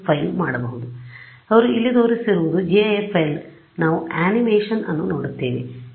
ಆದ್ದರಿಂದ ಅವರು ಇಲ್ಲಿ ತೋರಿಸುತ್ತಿರುವುದು gif ಫೈಲ್ ನಾವು ಅನಿಮೇಷನ್ ಅನ್ನು ನೋಡುತ್ತೇವೆ